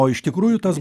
o iš tikrųjų tas